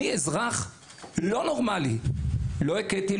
אני אזרח לא נורמלי לא הכיתי,